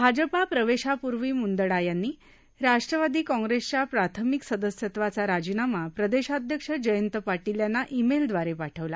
भाजपा प्रवेशापूर्वी मुंदडा यांनी राष्ट्रवादी कॉंग्रेसच्या प्राथमिक सदस्यत्वाचा राजीनामा प्रदेशाध्यक्ष जयंत पाटील यांना ईमेलब्रारे पाठवला